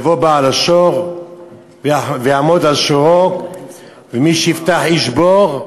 יבוא בעל השור ויעמוד על שורו, וכי יפתח איש בור,